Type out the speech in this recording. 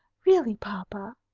really, papa,